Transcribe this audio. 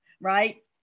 right